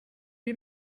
lui